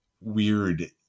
weird